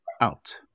out